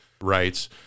rights